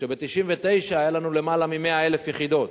כאשר ב-1999 היו לנו יותר מ-100,000 יחידות.